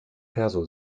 perso